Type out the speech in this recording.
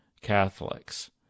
Catholics